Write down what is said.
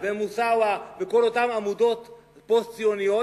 ו"מוסאוא" וכל אותן עמותות פוסט-ציוניות,